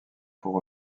pour